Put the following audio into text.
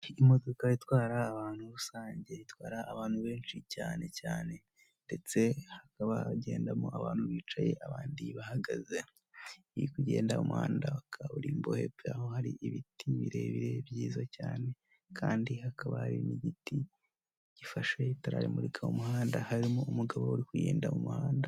Imodoka itwara abantu rusange, itwara abantu benshi cyane cyane ndetse hagendamo abantu bicaye abandi bahagaze iri kugenda mu muhanda wa kaburimbo, hepfo yaho hari ibiti birebire byiza cyane kandi hakaba hari n'igiti gifashe itara rimurika umuhanda harimo umugabo uri kugenda mu muhanda.